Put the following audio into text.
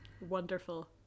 Wonderful